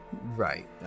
Right